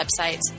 websites